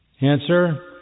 Answer